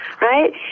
Right